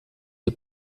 die